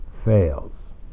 fails